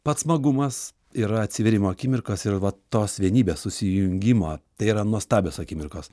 pats smagumas yra atsivėrimo akimirkos ir vat tos vienybės susijungimo tai yra nuostabios akimirkos